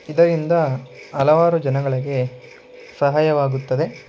ಇದರಿಂದ ಹಲವಾರು ಜನಗಳಿಗೆ ಸಹಾಯವಾಗುತ್ತದೆ